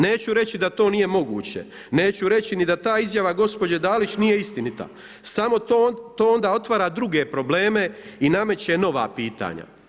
Neću reći da to nije moguće, neću reći ni da ta izjava gospođe Dalić nije istinita, samo to onda otvara druge probleme i nameće druga pitanja.